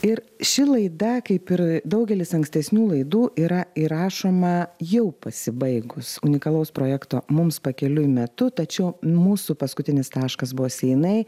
ir ši laida kaip ir daugelis ankstesnių laidų yra įrašoma jau pasibaigus unikalaus projekto mums pakeliui metu tačiau mūsų paskutinis taškas buvo seinai